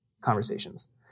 conversations